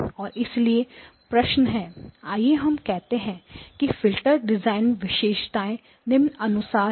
और इसलिए प्रश्न है आइए हम कहते हैं कि फ़िल्टर डिज़ाइन विशेषताएँ निम्नानुसार है